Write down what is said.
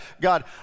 God